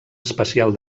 especial